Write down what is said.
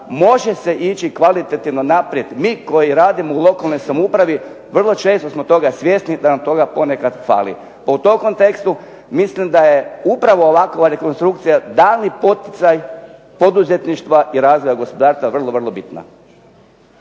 može se ići kvalitetno naprijed. Mi koji radimo u lokalnoj samoupravi vrlo često smo toga svjesni da nam toga ponekad fali pa u tom kontekstu mislim da je upravo ovakva rekonstrukcija daljnji poticaj poduzetništva i razvoja gospodarstva vrlo, vrlo bitna.